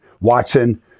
Watson